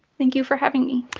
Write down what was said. thank you for having me.